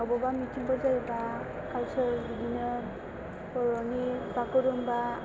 बबेयावबा मिटिं फोर जायोबा कालचार बिदिनो बर'नि बागुरुमबा